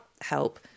help